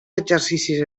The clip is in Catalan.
exercicis